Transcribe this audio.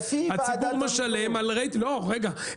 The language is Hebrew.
הציבור משלם על רייטינג --- לפי ועדת המדרוג --- רגע,